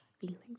feelings